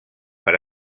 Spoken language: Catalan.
per